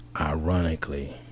Ironically